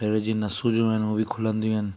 शरीर जी नसूं जो आहिनि उओ बि खुलंदियूं आहिनि